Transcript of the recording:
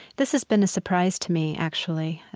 this has been the surprise to me actually